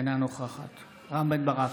אינה נוכחת רם בן ברק,